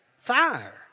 Fire